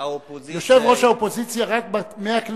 דווקא האופוזיציה, 40,